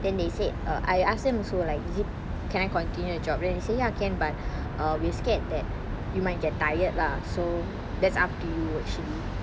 then they said err I asked them also like is it can I continue the job then they say ya can but err we scared that you might get tired lah so that's up to you actually